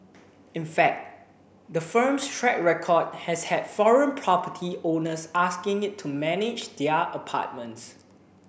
in fact the firm's track record has had foreign property owners asking it to manage their apartments